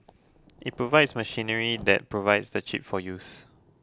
it provides machinery that provides the chip for use